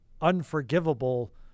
unforgivable